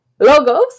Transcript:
Logos